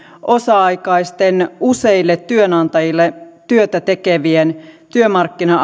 osa aikaisten useille työnantajille työtä tekevien työmarkkina